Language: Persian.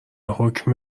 حکم